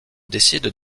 décide